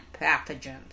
pathogens